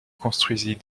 construisit